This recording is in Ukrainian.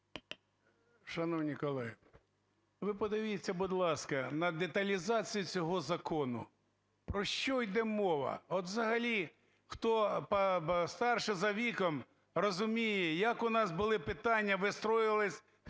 Шановні колеги, ви подивіться, будь ласка, на деталізацію цього закону. Про що іде мова? От взагалі хто старше за віком розуміє, як у нас були питання вистроювались